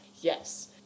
Yes